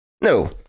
No